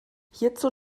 hierzu